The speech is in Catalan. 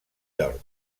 york